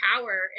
power